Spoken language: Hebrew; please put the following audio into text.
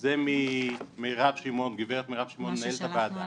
זה מגב' מירב שמעון, מנהלת הוועדה.